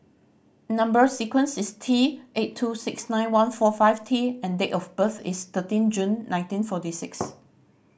number sequence is T eight two six nine one four five T and date of birth is thirteen June nineteen forty six